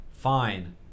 Fine